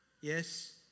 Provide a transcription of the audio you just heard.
Yes